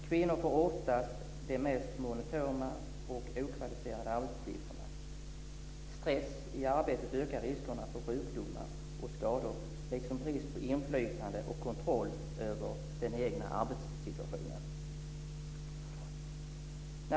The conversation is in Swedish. Kvinnor får ofta de mest monotona och okvalificerade arbetsuppgifterna. Stress i arbetet ökar riskerna för sjukdomar och skador, liksom brist på inflytande och kontroll över den egna arbetssituationen.